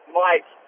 mike